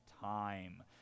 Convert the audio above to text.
time